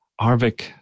arvik